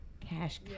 cash